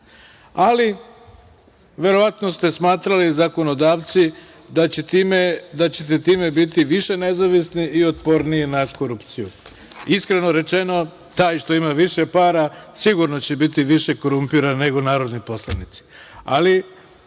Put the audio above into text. Ali verovatno ste smatrali, zakonodavci, da ćete time biti više nezavisni i otporniji na korupciju. Iskreno rečeno, taj što ima više para sigurno će biti više korumpiran nego narodni poslanici. Ali